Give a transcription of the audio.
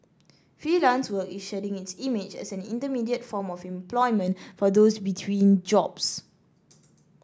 freelance work is shedding its image as an intermediate form of employment for those between jobs